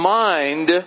mind